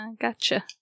gotcha